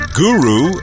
guru